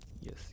Yes